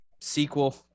sequel